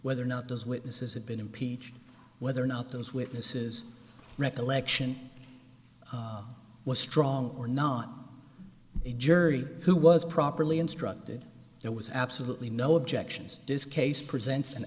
whether or not those witnesses had been impeached whether or not those witnesses recollection was strong or not the jury who was properly instructed there was absolutely no objections this case presents an